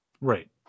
Right